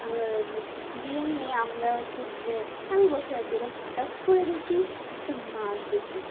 দিয়ে নিয়ে আমরা হচ্ছে আমি বসে আছি এবার হঠাৎ করে দেখি একটা মাছ দেখি